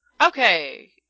okay